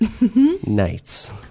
nights